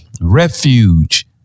refuge